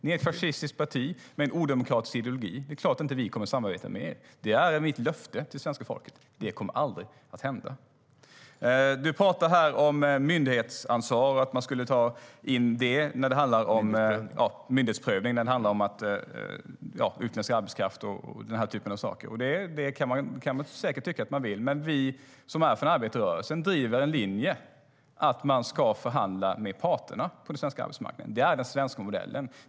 Ni är ett fascistiskt parti med en odemokratisk ideologi, så det är klart att vi inte kommer att samarbeta med er. Det är mitt löfte till svenska folket: Det kommer aldrig att hända. Du talar om myndighetsprövning och att det skulle tas in när det gäller utländsk arbetskraft och den typen av saker, Sven-Olof Sällström. Det kan man säkert tycka att man vill, men vi som är från arbetarrörelsen driver en linje att det ska förhandlas med parterna på den svenska arbetsmarknaden. Det är den svenska modellen.